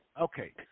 Okay